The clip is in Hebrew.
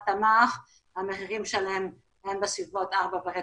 תמר המחירים שלהם הם בסביבות 5-4.5,